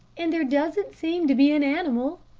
and there doesn't seem to be an animal,